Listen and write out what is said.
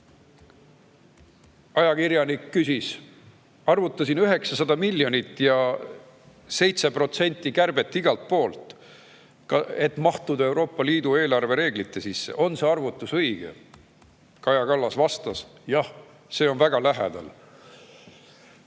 Ajakirjanik küsis: "Arvutasin 900 miljonit eurot ja 7% kärbet igalt poolt, et mahtuda Euroopa Liidu reeglite sisse. On see arvutus õige?" Kaja Kallas vastas: "Jah, see on väga lähedal."